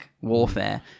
warfare